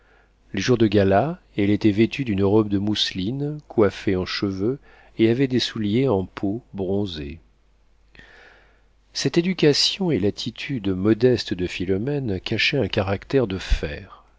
les jours de gala elle était vêtue d'une robe de mousseline coiffée en cheveux et avait des souliers en peau bronzée cette éducation et l'attitude modeste de philomène cachaient un caractère de fer